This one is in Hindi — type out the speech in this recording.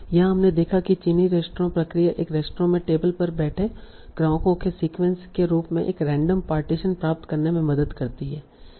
यहाँ हमने देखा कि चीनी रेस्तरां प्रक्रिया एक रेस्तरां में टेबल पर बैठे ग्राहकों के सीक्वेंस के रूप में एक रैंडम पार्टीशन प्राप्त करने में मदद करती है